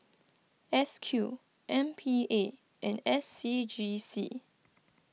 S Q M P A and S C G C